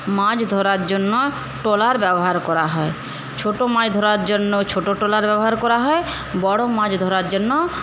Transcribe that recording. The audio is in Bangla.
মাছ ধরার জন্য ট্রলার ব্যবহার করা হয় ছোট মাছ ধরার জন্য ছোট ট্রলার ব্যবহার করা হয় বড় মাছ ধরার জন্য